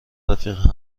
رفیق